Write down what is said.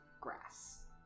grass